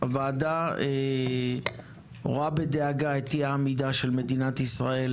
הוועדה רואה בדאגה את אי העמידה של מדינת ישראל